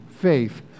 faith